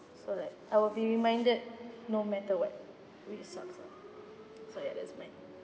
so like I will be reminded no matter what really sucks ah so ya that's mine